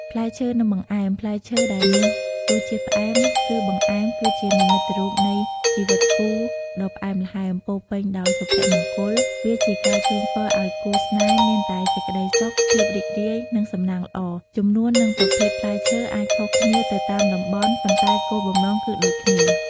ផ្លែឈើ និងបង្អែម: ផ្លែឈើដែលមានរសជាតិផ្អែម ឬបង្អែម គឺជានិមិត្តរូបនៃ ជីវិតគូដ៏ផ្អែមល្ហែម ពោរពេញដោយសុភមង្គល។ វាជាការជូនពរឲ្យគូស្នេហ៍មានតែសេចក្តីសុខ ភាពរីករាយ និងសំណាងល្អ។ ចំនួន និងប្រភេទផ្លែឈើអាចខុសគ្នាទៅតាមតំបន់ ប៉ុន្តែគោលបំណងគឺដូចគ្នា។